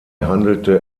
handelte